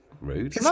rude